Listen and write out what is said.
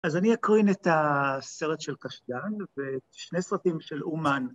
אז אני אקרין את הסרט של קשתן ואת שני סרטים של אומן.